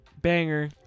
Banger